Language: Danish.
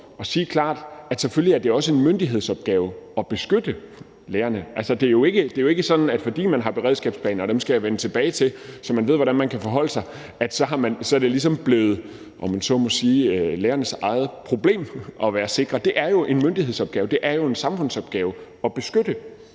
sige klart, at det selvfølgelig også er en myndighedsopgave at beskytte lærerne. Det er jo ikke sådan, at fordi man har beredskabsplaner – og dem skal jeg vende tilbage til – så man ved, hvordan man kan forholde sig, så er sikkerheden ligesom blevet, om jeg så må sige, lærernes eget problem. Det er jo en myndighedsopgave, det er en samfundsopgave at beskytte